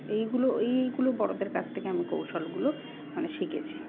এইগুলো এইগুলো বড়োদের কাছ থেকে আমি কৌশলগুলো মানে শিখেছি